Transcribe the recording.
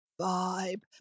Vibe